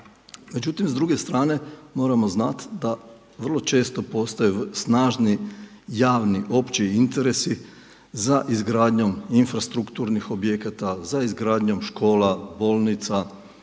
Međutim s druge strane moramo znati da vrlo često postoje snažni javni opći interesi za izgradnju infrastrukturnih objekata, za izgradnjom škola, bolnica,